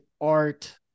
art